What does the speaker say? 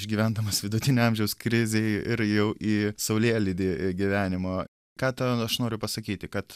išgyvendamas vidutinio amžiaus krizėj ir jau į saulėlydį gyvenimo ką tuo aš noriu pasakyti kad